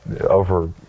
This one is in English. Over